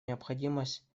необходимость